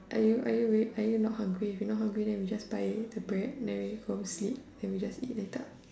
are you are you real are you not hungry if you not hungry then we just buy the bread then we go home sleep then we just eat later